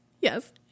Yes